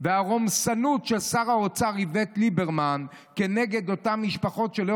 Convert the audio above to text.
והרמסנות של שר האוצר איווט ליברמן נגד אותן משפחות שלא